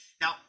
now